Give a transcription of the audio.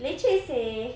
leceh seh